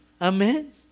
Amen